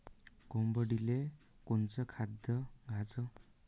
कोंबडीले कोनच खाद्य द्याच?